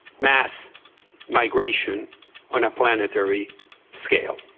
mas migration on a planetary scale.